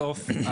בסוף,